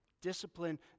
Discipline